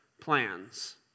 plans